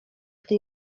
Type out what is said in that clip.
gdy